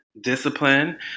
discipline